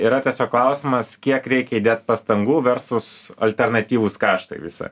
yra tiesiog klausimas kiek reikia įdėt pastangų versus alternatyvūs kaštai visi